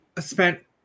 spent